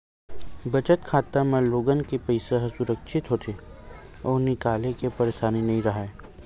बचत खाता म लोगन के पइसा ह सुरक्छित होथे अउ निकाले के परसानी नइ राहय